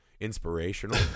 inspirational